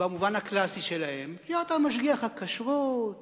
במובן הקלאסי שלהם, להיות משגיח כשרות